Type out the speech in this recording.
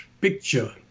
picture